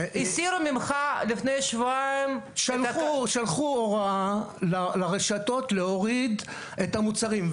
הסירו ממך לפני שבועיים --- שלחו הוראה לרשתות להוריד את המוצרים,